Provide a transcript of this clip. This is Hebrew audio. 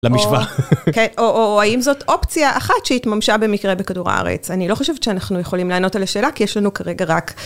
או האם זאת אופציה אחת שהתממשה במקרה בכדור הארץ? אני לא חושבת שאנחנו יכולים לענות על השאלה, כי יש לנו כרגע רק...